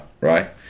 right